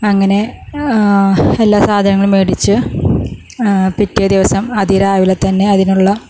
അങ്ങനെ എല്ലാ സാധനങ്ങളും മേടിച്ച് പിറ്റേ ദിവസം അതിരാവിലെ തന്നെ അതിനുള്ള